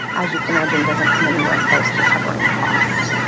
as you can imagine, doesn't come anywhere close to covering costs.